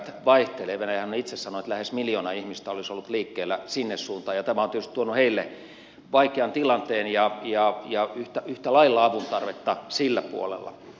venäjähän on itse sanonut että lähes miljoona ihmistä olisi ollut liikkeellä sinne suuntaan ja tämä on tietysti tuonut heille vaikean tilanteen ja yhtä lailla avun tarvetta sillä puolella